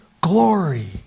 glory